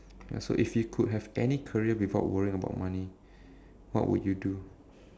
ya so if you could have any career without worrying about money what would you do